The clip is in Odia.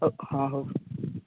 ହଁ ହଁ ହଉ